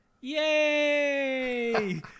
Yay